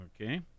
okay